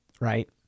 right